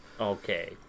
Okay